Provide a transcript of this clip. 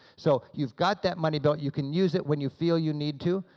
so you've got that money belt, you can use it when you feel you need to,